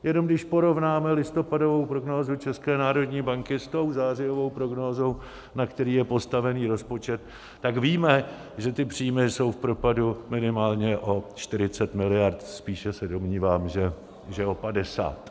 Jenom když porovnáme listopadovou prognózu České národní banky s tou zářijovou prognózou, na které je postaven rozpočet, tak víme, že ty příjmy jsou v propadu minimálně o 40 miliard, spíše se domnívám, že o padesát.